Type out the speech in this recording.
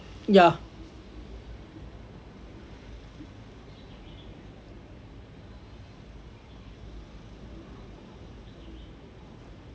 ya